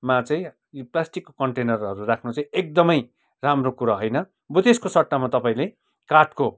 मा चाहिँ यो प्लास्टिकको कन्टेनरहरू राख्नु चाहिँ एकदमै राम्रो कुरा होइन बरु त्यसको सट्टामा तपाईँले काठको